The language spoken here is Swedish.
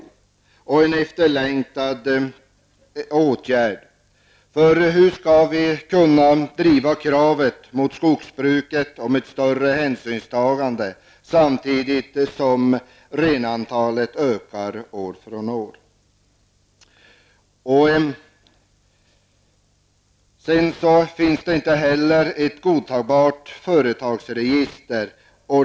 Det gäller en efterlängtad åtgärd, för hur skall vi kunna driva kravet på större hänsynstagande inom skogsbruket samtidigt som renantalet ökar år från år? Det finns inte ett godtagbart företagsregister.